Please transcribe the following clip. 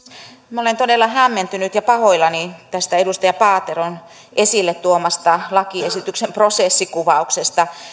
minä olen todella hämmentynyt ja pahoillani tästä edustaja paateron esille tuomasta lakiesityksen prosessikuvauksesta